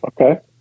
Okay